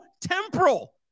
temporal